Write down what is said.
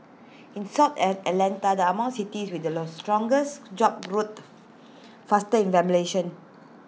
in south Atlanta are among cities with the low strongest job growth faster